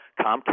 Comcast